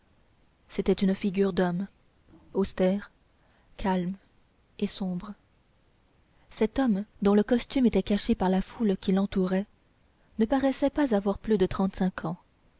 c'était une figure d'homme austère calme et sombre cet homme dont le costume était caché par la foule qui l'entourait ne paraissait pas avoir plus de trente-cinq ans